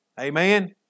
Amen